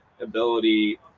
ability